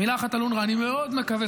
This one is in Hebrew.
מילה אחת על אונר"א: אני מאוד מקווה,